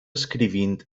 escrivint